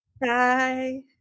bye